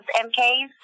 MKs